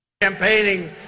...campaigning